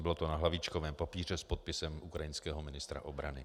Bylo to na hlavičkovém papíře s podpisem ukrajinského ministra obrany.